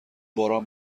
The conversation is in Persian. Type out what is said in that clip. باران